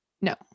No